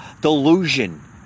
delusion